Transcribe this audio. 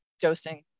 dosing